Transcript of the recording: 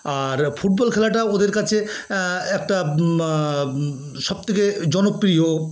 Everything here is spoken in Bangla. আর ফুটবল খেলাটা ওদের কাছে একটা সবথেকে জনপ্রিয়